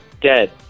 dead